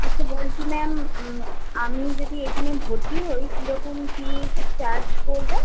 আচ্ছা বলছি ম্যাম আমি যদি এখানে ভর্তি হই কীরকম কী চার্জ পড়বে